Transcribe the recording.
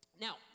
Now